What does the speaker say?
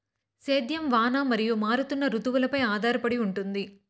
సేద్యం వాన మరియు మారుతున్న రుతువులపై ఆధారపడి ఉంటుంది